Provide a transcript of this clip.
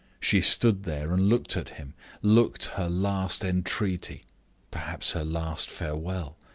she stood there and looked at him looked her last entreaty perhaps her last farewell.